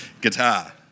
guitar